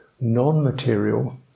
non-material